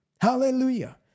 Hallelujah